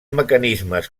mecanismes